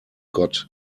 gott